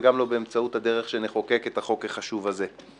וגם לא באמצעות הדרך שנחוקק את החוק החשוב הזה.